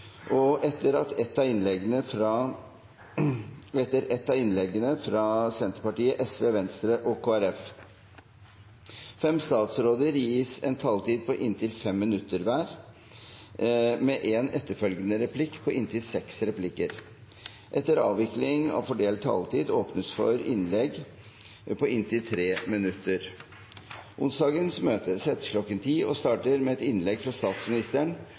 og etter ett av innleggene fra Senterpartiet, Sosialistisk Venstreparti, Venstre og Kristelig Folkeparti. Fem statsråder gis en taletid på inntil 5 minutter hver, med en etterfølgende replikkrunde på inntil seks replikker. Etter avvikling av fordelt taletid åpnes det for innlegg på inntil 3 minutter. Onsdagens møte settes kl. 10 og starter med et innlegg fra statsministeren